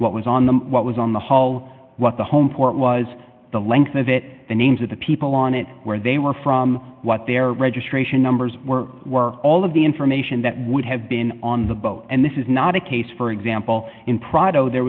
what was on them what was on the whole what the homeport was the length of it the names of the people on it where they were from what their registration numbers were were all of the information that would have been on the boat and this is not a case for example in prado there